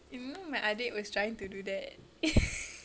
you know my adik was trying to do that